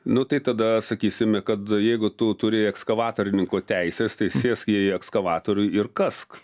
nu tai tada sakysime kad jeigu tu turi ekskavatorininko teises tai sėsk į ekskavatorių ir kask